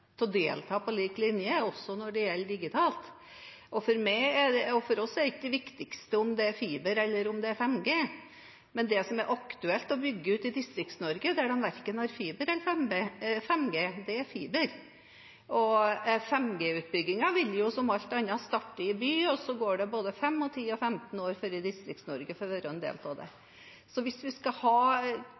til å delta på lik linje, også digitalt. For oss er ikke det viktigste om det er fiber eller 5G, men det som er aktuelt å bygge ut i Distrikts-Norge der de verken har fiber eller 5G, det er fiber. Og 5G-utbyggingen vil jo, som alt annet, starte i by – og så går det både 5, 10 og 15 år før Distrikts-Norge får være en del av det. Så hvis vi skal ha